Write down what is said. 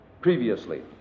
previously